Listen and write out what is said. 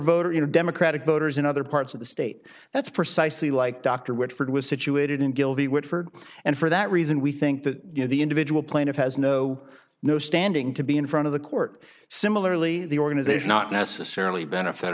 a democratic voters in other parts of the state that's precisely like dr whitford was situated in guilty whitford and for that reason we think that you know the individual plaintiff has no no standing to be in front of the court similarly the organization not necessarily benefit